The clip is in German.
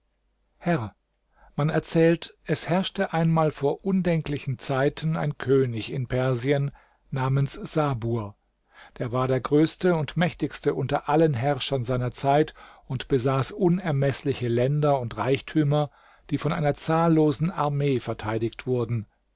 herr man erzählt es herrschte einmal vor undenklichen zeiten ein könig in persien namens sabur der war der größte und mächtigste unter allen herrschern seiner zeit und besaß unermeßliche länder und reichtümer die von einer zahllosen armee verteidigt wurden